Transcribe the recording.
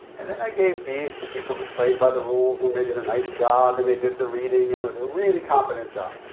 and then i gave bs to people who played by the rules. and they did a nice job. and they did the reading. and it was a really competent job.